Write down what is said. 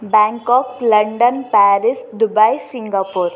Bangkok London Paris Dubai Singapore